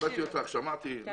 כיבדתי אותך ושמעתי.